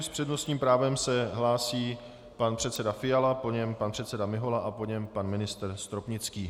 S přednostním právem se hlásí pan předseda Fiala, po něm pan předseda Mihola a po něm pan ministr Stropnický.